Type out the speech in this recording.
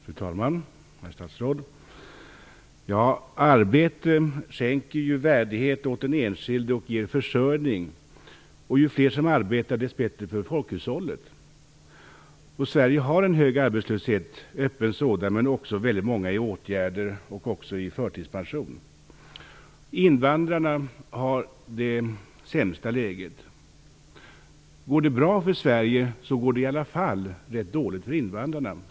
Fru talman! Herr statsråd! Arbete skänker värdighet åt den enskilde och ger försörjning. Ju fler som arbetar desto bättre är det för folkhushållet. Sverige har en hög öppen arbetslöshet, men också väldigt många som är sysselsatta i åtgärder eller förtidspensionerade. Invandrarna har det sämsta läget. Går det bra för Sverige går det i alla fall ganska dåligt för invandrarna.